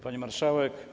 Pani Marszałek!